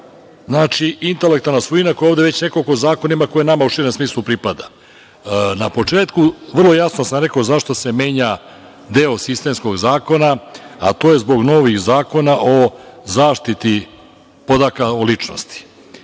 zakoni, intelektualna svojina koja je ovde već u nekoliko zakona, koja nama u širem smislu pripada. Na početku vrlo jasno sam rekao zašto se menja deo sistemskog zakona, a to je zbog novih zakona o zaštiti podataka o ličnosti,